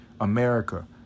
america